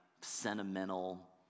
sentimental